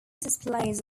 displays